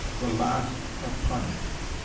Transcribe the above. the last a punisher.